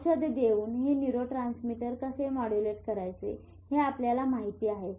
औषधे देऊन हे न्यूरोट्रांसमीटर कसे मॉड्युलेट करायचे हे आपल्याला माहीत आहे